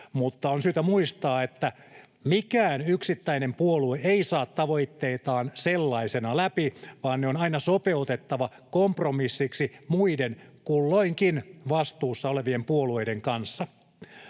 mutta on syytä muistaa, että mikään yksittäinen puolue ei saa tavoitteitaan sellaisenaan läpi vaan ne on aina sopeutettava kompromissiksi muiden kulloinkin vastuussa olevien puolueiden kanssa.